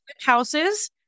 houses